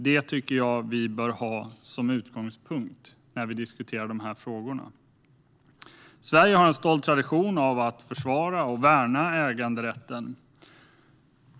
Detta tycker jag att vi bör ha som utgångspunkt när vi diskuterar de här frågorna. Sverige har en stolt tradition av att försvara och värna äganderätten.